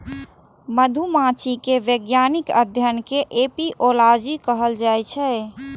मधुमाछी के वैज्ञानिक अध्ययन कें एपिओलॉजी कहल जाइ छै